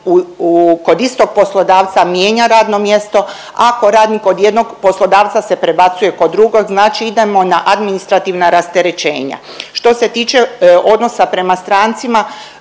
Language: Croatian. kod istog poslodavca mijenja radno mjesto, ako radi kod jednog poslodavca se prebacuje kod drugog, znači idemo na administrativna rasterećenja. Što se tiče odnosa prema strancima,